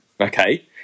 okay